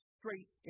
straight